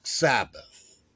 sabbath